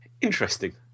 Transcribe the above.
Interesting